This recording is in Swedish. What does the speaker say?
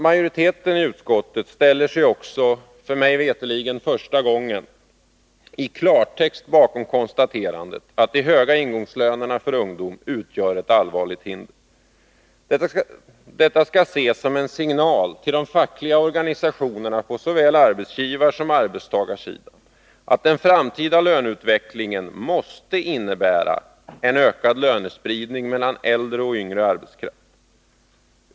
Majoriteten ställer sig också, mig veterligen för första gången, i klartext bakom konstaterandet att de höga ingångslönerna för ungdom utgör ett allvarligt hinder. Detta skall ses som en signal till de fackliga organisationerna på såväl arbetsgivarsom arbetstagarsidan att den framtida löneutvecklingen måste innebära en ökad lönespridning mellan äldre och yngre arbetskraft.